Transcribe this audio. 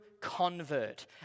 convert